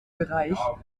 bereich